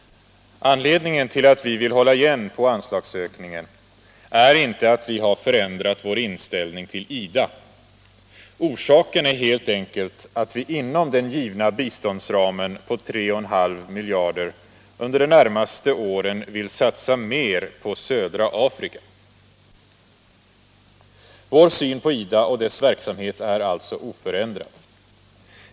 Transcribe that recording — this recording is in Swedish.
Anledningen till att vi socialdemokrater vill hålla igen på anslagsökningen är inte att vi har ändrat vår inställning till IDA. Orsaken är helt enkelt att vi inom den givna biståndsramen på 3,5 miljarder under de närmaste åren vill satsa mer på södra Afrika. Vår syn på IDA och dess verksamhet är alltså oförändrad.